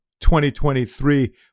2023